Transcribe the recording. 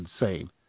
insane